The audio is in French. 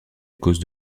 cause